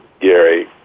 Gary